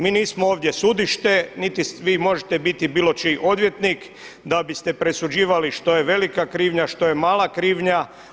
Mi nismo ovdje sudište niti vi možete biti bilo čiji odvjetnik da biste presuđivali što je velika krivnja, što je mala krivnja.